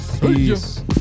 Peace